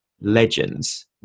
legends